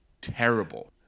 terrible